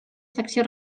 secció